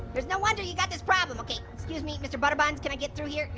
there's no wonder you've got this problem. okay, excuse me, mr. butterbuns, can i get through here?